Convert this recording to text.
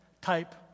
type